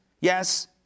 Yes